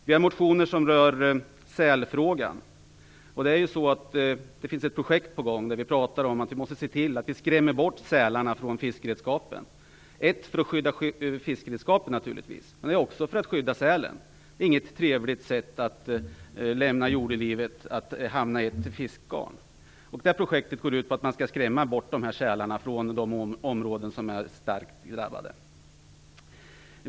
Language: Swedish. Flera motioner rör sälfrågan. Det finns ett projekt som syftar till att skrämma bort sälarna från fiskeredskapen för att skydda dels fiskeredskapen, dels sälen. Att hamna i ett fiskegarn är inget trevligt sätt att lämna jordelivet på. Projektet går ut på att skrämma bort sälarna från de områden som är starkt drabbade av detta problem.